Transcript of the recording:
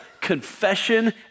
confession